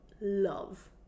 love